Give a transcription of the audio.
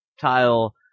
tile